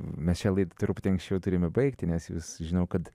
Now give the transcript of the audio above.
mes šią laidą truputį anksčiau turime baigti nes jūs žinau kad